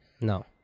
No